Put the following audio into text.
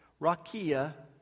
rakia